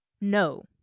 No